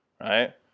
right